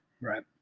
Right